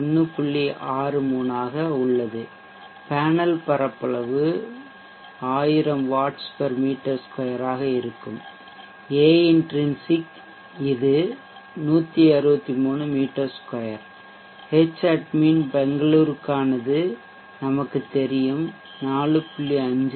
63 ஆக உள்ளது பேனல் பரப்பளவு 1000 W m2 ஆக இருக்கும் ஏஇன்ட்ரின்சிக் ஐன்ட்ரின்சிக் இது 163 மீ 2 ஆகும் ஹெட்ச்அட்மின் பெங்களூருக்கானது நமக்குத் தெரியும் 4